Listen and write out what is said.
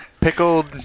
Pickled